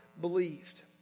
believed